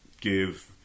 give